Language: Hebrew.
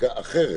חקיקה אחרת.